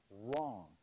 wrong